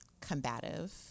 combative